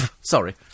Sorry